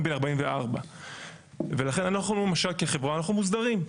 אני בן 44. ולכן אנחנו למשל כחברה אנחנו מוסדרים.